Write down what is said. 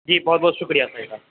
جی بہت بہت شکریہ شاہد صاحب